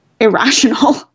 irrational